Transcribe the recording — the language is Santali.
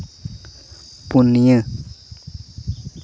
ᱯᱩᱱᱭᱟᱹ